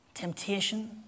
Temptation